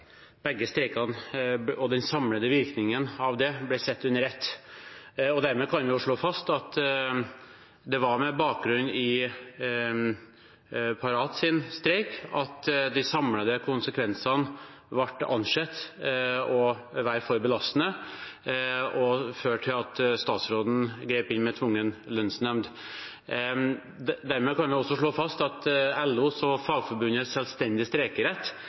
det var med bakgrunn i Parats streik at de samlede konsekvensene ble ansett å være for belastende og førte til at statsråden grep inn med tvungen lønnsnemnd. Dermed kan vi også slå fast at LOs og Fagforbundets selvstendige streikerett